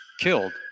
killed